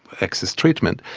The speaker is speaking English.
access treatment.